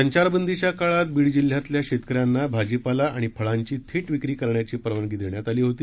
संचारबंदीच्या काळात बीड जिल्ह्यातल्या शेतकऱ्यांना भाजीपाला आणि फळांची थेट विक्री करण्याची परवानगी देण्यात आली होती